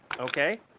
okay